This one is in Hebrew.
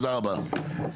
תודה רבה.